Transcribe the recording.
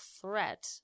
threat